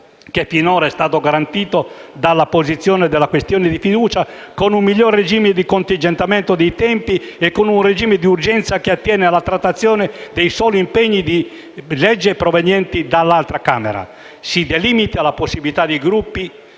che finora è stato garantito dall'apposizione della questione di fiducia, con un miglior regime di contingentamento dei tempi e con un regime di urgenza che attiene alla trattazione dei soli disegni di legge provenienti dall'altra Camera. Si delimita la possibilità che i Gruppi